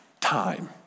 Time